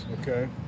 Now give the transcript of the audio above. Okay